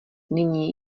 nyní